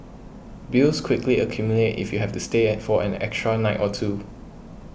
bills quickly accumulate if you have to stay at for an extra night or two